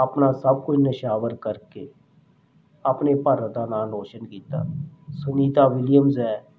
ਆਪਣਾ ਸਭ ਕੁਛ ਨਿਸ਼ਾਵਰ ਕਰਕੇ ਆਪਣੇ ਭਾਰਤ ਦਾ ਨਾਂ ਰੋਸ਼ਨ ਕੀਤਾ ਸੁਨੀਤਾ ਵਿਲੀਅਮਸ ਹੈ